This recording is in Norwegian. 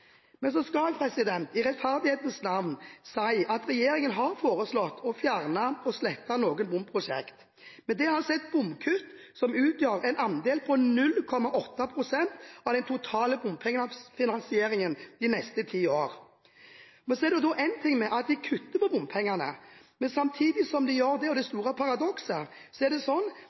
Men så skal jeg i rettferdighetens navn si at regjeringen har foreslått å fjerne og slette noen bomprosjekter, men det er bomkutt som utgjør 0,8 pst. av den totale bompengefinansieringen de neste ti årene. Én ting er at de kutter i bompengene, men samtidig som de gjør det – og det er det store paradokset – har vi her i salen foreslått veiprosjekter med delvis bompengefinansiering til det